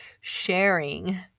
sharing